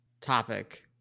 topic